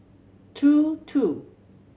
two two